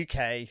UK